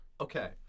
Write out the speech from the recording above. Okay